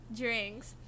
drinks